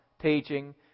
teaching